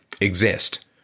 exist